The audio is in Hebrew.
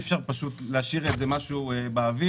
אי אפשר פשוט להשאיר את זה משהו באוויר.